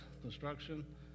construction